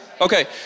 Okay